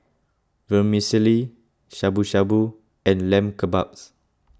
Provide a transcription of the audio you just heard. Vermicelli Shabu Shabu and Lamb Kebabs